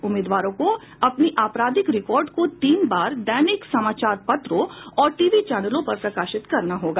उम्मीदवारों को अपनी अपराधिक रिकॉर्ड को तीन बार दैनिक समाचार पत्रों और टीवी चैनलों पर प्रकाशित करना होगा